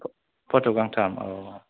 फट' गांथाम अ